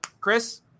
Chris